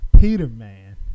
Peterman